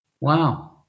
Wow